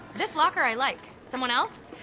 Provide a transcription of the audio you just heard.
this locker, i like. someone else.